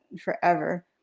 forever